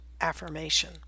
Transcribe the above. affirmation